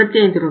85 ரூபாய்